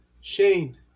Shane